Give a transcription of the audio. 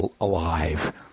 alive